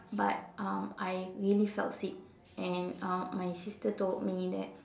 but um I really felt sick and um my sister told me that